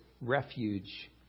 refuge